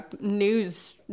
news